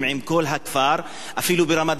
אפילו ברמדאן אני יודע שעשו להם, מה פתאום?